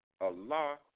Allah